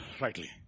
rightly